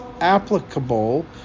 applicable